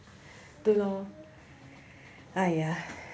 对 lor !aiya!